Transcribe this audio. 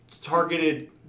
targeted